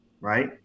right